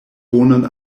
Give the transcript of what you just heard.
bonan